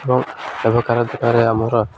ଏବଂ ଏବେକାର ଦିନରେ ଆମର